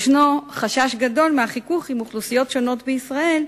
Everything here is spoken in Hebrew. ישנו חשש גדול מהחיכוך עם אוכלוסיות שונות בישראל,